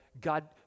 God